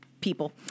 people